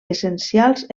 essencials